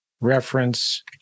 reference